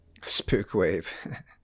Spookwave